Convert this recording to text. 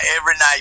every-night